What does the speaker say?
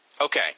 Okay